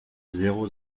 zéro